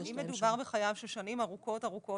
אם מדובר בחייב ששנים ארוכות לא משלם,